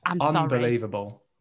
unbelievable